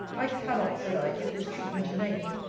i cannot, said i, give this treatment a name!